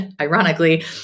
ironically